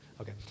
Okay